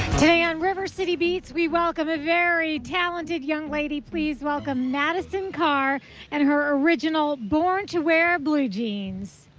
today on river city beats, we welcome a very talented young lady. please welcome madison carr and her original born to wear blue jeans.